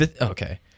Okay